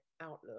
outlook